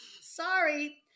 Sorry